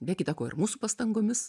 be kita ko ir mūsų pastangomis